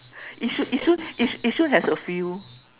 Yishun Yishun Yishun has a few